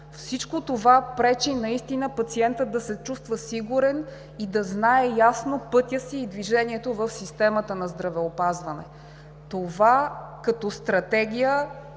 Всичко това пречи пациентът да се чувства сигурен и да знае ясно пътя си и движението в системата на здравеопазване. Това, като стратегия,